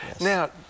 Now